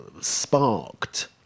sparked